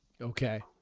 Okay